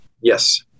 Yes